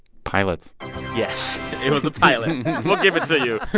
pilots yes, it was a pilot. we'll give it to you